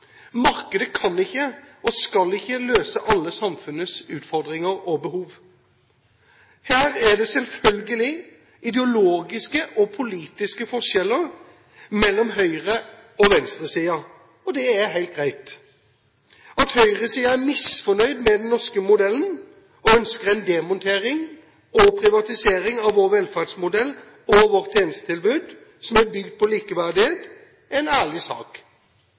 Markedet kan ikke og skal ikke løse alle samfunnets utfordringer og behov. Her er det selvfølgelig ideologiske og politiske forskjeller mellom høyre- og venstresiden, og det er helt greit. At høyresiden er misfornøyd med den norske modellen og ønsker en demontering og privatisering av vår velferdsmodell og vårt tjenestetilbud, som er bygd på likeverdighet, er en ærlig sak.